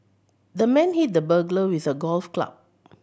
the man hit the burglar with a golf club